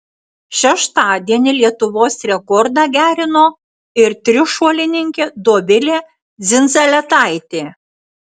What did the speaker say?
šeštadienį lietuvos rekordą gerino ir trišuolininkė dovilė dzindzaletaitė